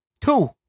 Two